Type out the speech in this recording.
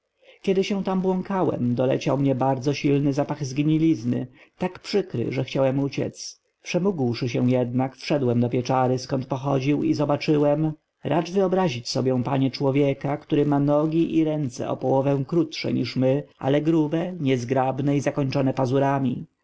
kiedy się tam błąkałem doleciał mnie bardzo silny zapach zgnilizny tak przykry że chciałem uciec przemógłszy się jednak wszedłem do pieczary skąd pochodził i zobaczyłem racz wyobrazić sobie panie człowieka który ma nogi i ręce o połowę krótsze niż my ale grube niezgrabne i zakończone pazurami